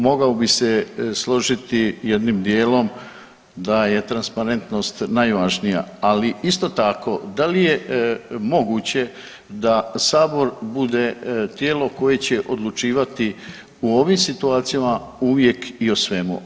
Mogao bi se složiti jednim dijelim da je transparentnost najvažnija, ali isto tako da li je moguće da sabor bude tijelo koje će odlučivati u ovim situacijama uvijek i o svemu.